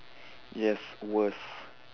yes worst